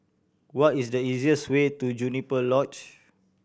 what is the easiest way to Juniper Lodge